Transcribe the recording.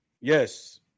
Yes